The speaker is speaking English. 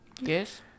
yes